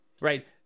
right